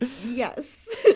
Yes